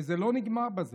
וזה לא נגמר בזה.